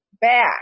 back